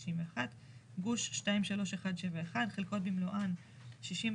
91. גוש 23171 חלקות במלואן 68,